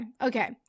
Okay